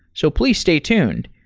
so please stay tuned.